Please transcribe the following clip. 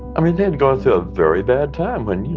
i mean, they had gone through a very bad time when, yeah